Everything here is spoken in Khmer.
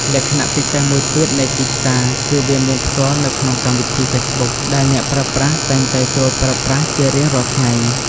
លក្ខណៈពិសេសមួយទៀតនៃ ទីផ្សារ គឺវាមានផ្ទាល់នៅក្នុងកម្មវិធី ហ្វេសប៊ុក ដែលអ្នកប្រើប្រាស់តែងតែចូលប្រើប្រាស់ជារៀងរាល់ថ្ងៃ។